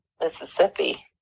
Mississippi